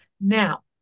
now